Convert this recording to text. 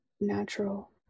natural